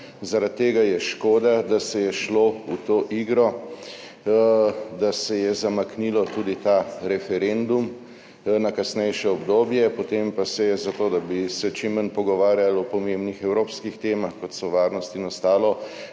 Zaradi tega je škoda, da se je šlo v to igro, da se je zamaknilo tudi ta referendum na kasnejše obdobje, potem pa se je, zato da bi se čim manj pogovarjali o pomembnih evropskih temah, kot so varnost in ostalo,